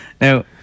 Now